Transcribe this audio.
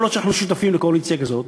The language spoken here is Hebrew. כל עוד אנחנו שותפים לקואליציה כזאת